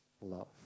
love